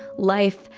life,